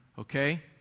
Okay